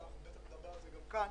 בטח נדבר על זה גם כאן,